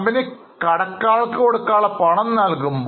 4b കടക്കാരുടെ പണം നൽകുന്നതാണ്